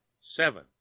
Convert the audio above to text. Seven